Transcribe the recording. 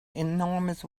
enormous